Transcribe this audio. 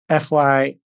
FY